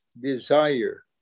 desire